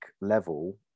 level